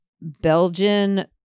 Belgian